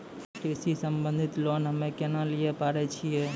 कृषि संबंधित लोन हम्मय केना लिये पारे छियै?